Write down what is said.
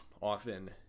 often